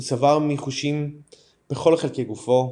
הוא סבל מיחושים בכל חלקי גופו,